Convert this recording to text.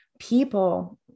people